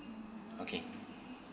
okay